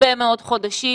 הרבה מאוד חודשים,